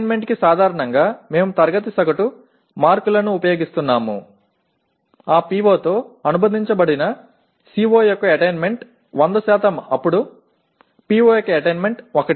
மேலும் சாதனைகளுக்கு பொதுவாக வகுப்பு சராசரி மதிப்பெண்களைப் பயன்படுத்துகிறோம் அந்த PO உடன் தொடர்புடைய CO இன் அடையல் 100 ஆகும் பின்னர் PO இன் அடையல் 1 ஆகும்